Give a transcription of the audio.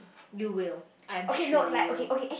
you will I am sure you will